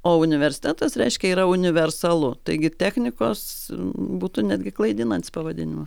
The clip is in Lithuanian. o universitetas reiškia yra universalu taigi technikos būtų netgi klaidinantis pavadinima